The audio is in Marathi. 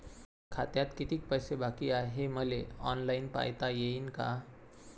खात्यात कितीक पैसे बाकी हाय हे मले ऑनलाईन पायता येईन का?